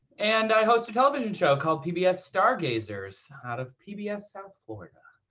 and i host a television show called pbs stargazers out of pbs south florida.